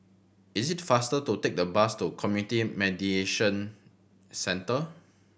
is it faster to take the bus to Community Mediation Centre